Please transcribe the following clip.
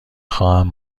خواهم